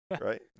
Right